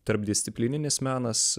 tarpdisciplininis menas